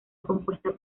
compuesta